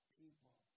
people